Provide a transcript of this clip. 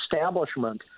establishment